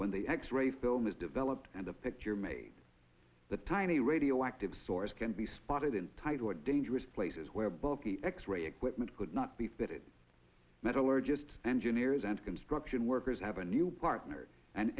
when the x ray film is developed and a picture made the tiny radioactive source can be spotted in tight or dangerous places where bulky x ray equipment could not be fitted metallurgist engineers and construction workers have a new partner and